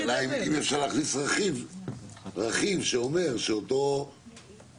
השאלה היא האם אפשר להכניס רכיב שאומר שאותו נציג,